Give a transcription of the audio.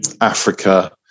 Africa